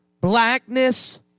blackness